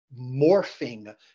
morphing